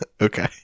Okay